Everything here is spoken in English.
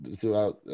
throughout